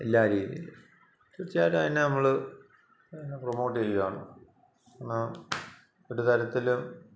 എല്ലാ രീതിയിലും തീർച്ചയായിട്ടും അതിനെ നമ്മള് പ്രൊമോട്ടയ്യുവാണ് ഒരു തരത്തിലും